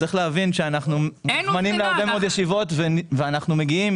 צריך להבין שאנחנו מוזמנים להרבה מאוד ישיבות ואנחנו מגיעים,